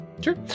Sure